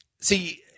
See